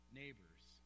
neighbor's